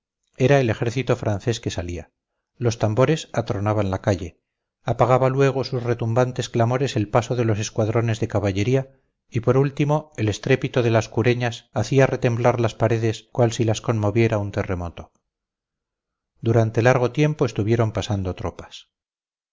era el ejército francés que salía los tambores atronaban la calle apagaba luego sus retumbantes clamores el paso de los escuadrones de caballería y por último el estrépito de las cureñas hacía retemblar las paredes cual si las conmoviera un terremoto durante largo tiempo estuvieron pasando tropas